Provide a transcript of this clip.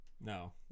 No